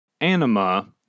Anima